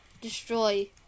destroy